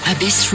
Abyss